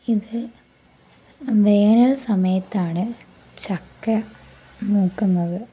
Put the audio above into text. ഇതു വേനൽ സമയത്താണ് ചക്ക മൂക്കുന്നത്